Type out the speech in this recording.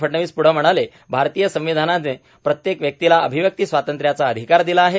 फडणवीस पुढे म्हणाले भारतीय संविधानाचे प्रत्येक व्यक्तीला अभिव्यक्ती स्वातंत्र्याचा अधिकार दिला आहे